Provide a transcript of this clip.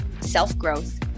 self-growth